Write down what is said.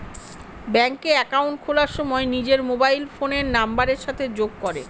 ব্যাঙ্কে একাউন্ট খোলার সময় নিজের মোবাইল ফোনের নাম্বারের সাথে যোগ করে